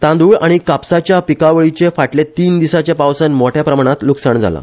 तांनुळ आनी कापसाच्या पिकावळीचे फाटले तीन दिसाच्या पावसान मोठ्या प्रमाणात लुकसाण जाला